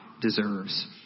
deserves